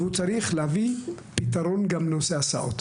והוא צריך להביא פתרון גם לנושא ההסעות.